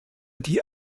die